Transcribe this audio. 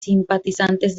simpatizantes